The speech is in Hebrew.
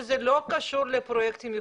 שזה לא קשור לפרויקטים ייחודיים.